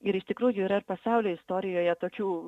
ir iš tikrųjų yra pasaulio istorijoje tokių